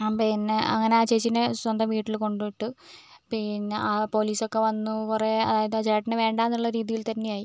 പിന്നെ അങ്ങനെ ആ ചേച്ചീൻ്റെ സ്വന്തം വീട്ടിൽ കൊണ്ട് വിട്ടു പിന്നെ ആ പോലീസ് ഒക്കെ വന്നു കുറേ എന്താ ചേട്ടന് വേണ്ടായെന്നുള്ള രീതിയിൽ തന്നെ ആയി